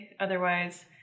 Otherwise